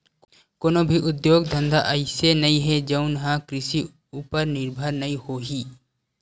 कोनो भी उद्योग धंधा अइसे नइ हे जउन ह कृषि उपर निरभर नइ होही